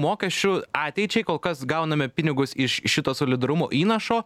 mokesčių ateičiai kol kas gauname pinigus iš šito solidarumo įnašo